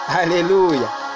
Hallelujah